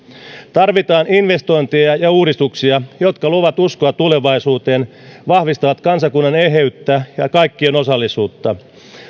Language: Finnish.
tarvitaan investointeja ja uudistuksia jotka luovat uskoa tulevaisuuteen ja vahvistavat kansakunnan eheyttä ja kaikkien osallisuutta